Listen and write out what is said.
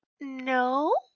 No